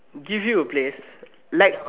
give you a place like